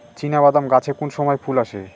চিনাবাদাম গাছে কোন সময়ে ফুল আসে?